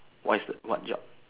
what is the what job